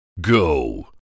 go